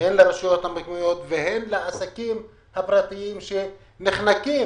הן לרשויות המקומיות והן לעסקים הפרטיים שנחנקים